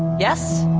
yes?